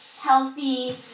healthy